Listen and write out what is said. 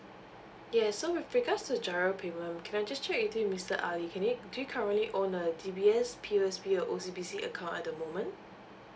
yes so with regards to giro payment can I just check with you mister ali can it do you currently own a D B S P O S B or O C B C account at the moment